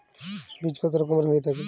বীজ কত রকমের হয়ে থাকে?